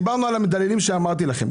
דיברנו על המדללים שאמרתי לכם.